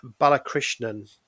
balakrishnan